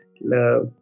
love